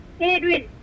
Edwin